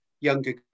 younger